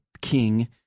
King